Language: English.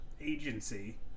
agency